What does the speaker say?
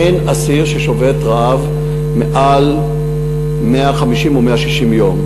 אין אסיר ששובת רעב מעל 150 או 160 יום.